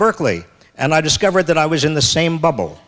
berkeley and i discovered that i was in the same bubble